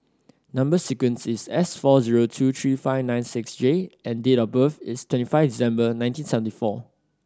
number sequence is S four zero two three five nine six J and date of birth is twenty five December nineteen seventy four